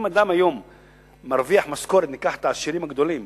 אם ניקח את העשירים הגדולים,